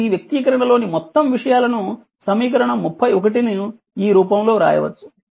కాబట్టి ఈ వ్యక్తీకరణ లోని మొత్తం విషయాలను సమీకరణం 31 ను ఈ రూపంలో వ్రాయవచ్చు